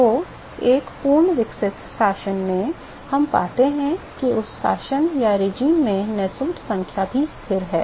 तो एक पूर्ण विकसित शासन में हम पाते हैं कि उस शासन में नुसेल्ट संख्या भी स्थिर है